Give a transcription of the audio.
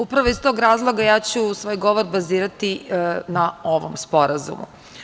Upravo iz tog razloga ja ću svoj govor bazirati na ovom sporazumu.